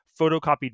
photocopied